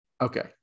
Okay